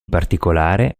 particolare